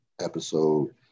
episode